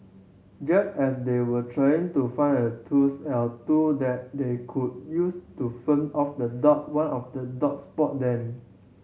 just as they were trying to find a tools or two that they could use to fend off the dog one of the dogs spot them